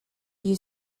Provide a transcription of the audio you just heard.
you